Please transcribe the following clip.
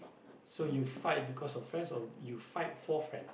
so you fight because of friends or you fight for friend